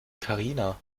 karina